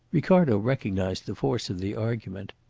ricardo recognised the force of the argument.